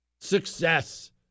Success